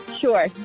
Sure